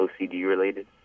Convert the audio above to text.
OCD-related